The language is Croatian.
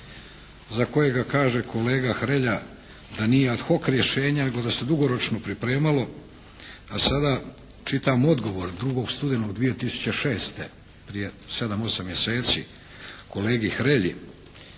za kojega kaže kolega Hrelja da nije ad hoc rješenje nego da se dugoročno pripremalo, a sada čitam odgovor 2. studenog 2006. prije sedam, osam mjeseci kolegi Hrelji.